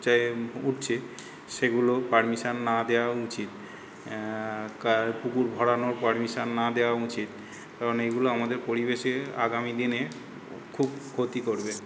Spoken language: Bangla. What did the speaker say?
যে উটছে সেগুলো পারমিশান না দেওয়া উচিত কার পুকুর ভরানোর পারমিশান না দেওয়া উচিত কারণ এইগুলো আমাদের পরিবেশে আগামী দিনে খুব ক্ষতি করবে